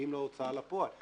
שמגיעים להוצאה לפועל.